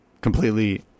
completely